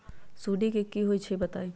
सुडी क होई छई बताई?